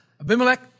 Abimelech